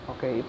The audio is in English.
Okay